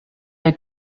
the